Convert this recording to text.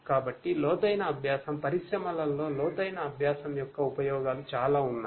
కాబట్టి లోతైన అభ్యాసం పరిశ్రమలలో లోతైన అభ్యాసం యొక్క ఉపయోగాలు చాలా ఉన్నాయి